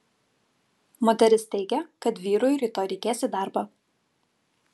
moteris teigia kad vyrui rytoj reikės į darbą